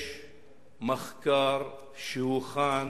יש מחקר שהוכן